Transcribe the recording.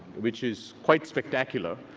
which is quite spectacular,